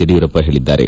ಯಡಿಯೂರಪ್ಪ ಹೇಳಿದ್ದಾರೆ